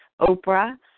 Oprah